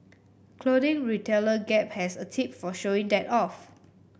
clothing retailer Gap has a tip for showing that off